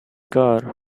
car